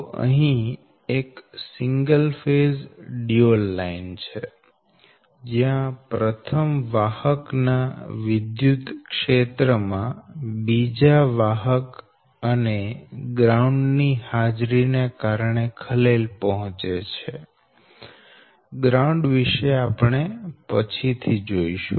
તો અહી એક સિંગલ ફેઝ ડયુઅલ લાઈન છે જયાં પ્રથમ વાહક ના વિદ્યુત ક્ષેત્ર માં બીજા વાહક અને ગ્રાઉન્ડ ની હાજરી ને કારણે ખલેલ પહોંચે છે ગ્રાઉન્ડ વિષે આપણે પછીથી જોઈશું